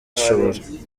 ashobora